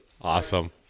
Awesome